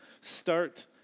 Start